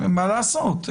מה לעשות?